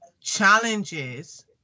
challenges